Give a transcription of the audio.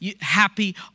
happy